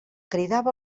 cridava